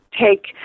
take